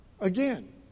again